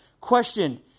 Question